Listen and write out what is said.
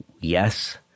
yes